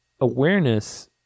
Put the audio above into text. awareness